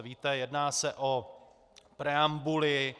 Víte, jedná se o preambuli.